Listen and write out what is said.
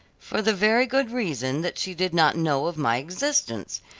for the very good reason that she did not know of my existence.